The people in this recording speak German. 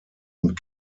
und